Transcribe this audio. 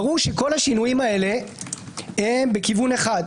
ברור שכל השינויים האלה הם בכיוון אחד: